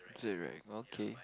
right okay